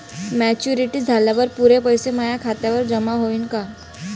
Maturity झाल्यावर पुरे पैसे माया खात्यावर जमा होईन का?